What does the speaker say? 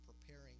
preparing